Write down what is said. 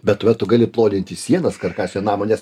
bet va tu gali ploninti sienas karkasinio namo nes